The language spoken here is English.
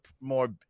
more